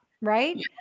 right